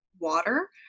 water